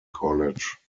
college